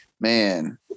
Man